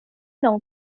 non